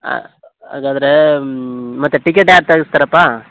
ಆಂ ಹಾಗಾದ್ರೇ ಮತ್ತೆ ಟಿಕೆಟ್ ಯಾರು ತೆಗಸ್ತಾರಪ್ಪಾ